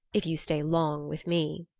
if you stay long with me.